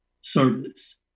service